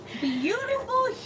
beautiful